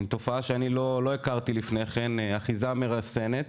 עם תופעה שלא הכרתי לפני כן, אחיזה מרסנת.